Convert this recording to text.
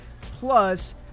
plus